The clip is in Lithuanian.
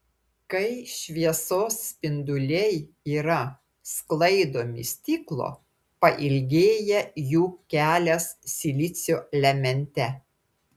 kai šviesos spinduliai yra sklaidomi stiklo pailgėja jų kelias silicio elemente